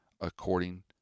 according